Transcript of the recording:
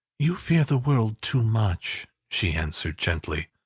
you fear the world too much, she answered, gently.